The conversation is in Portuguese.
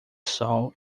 sol